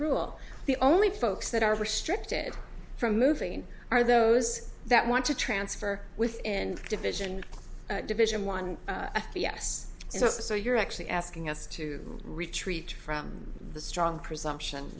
rule the only folks that are restricted from moving in are those that want to transfer within division division one f b s so so you're actually asking us to retreat from the strong presumption